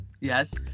yes